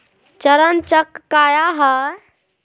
चरण चक्र काया है?